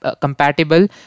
compatible